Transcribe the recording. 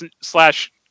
slash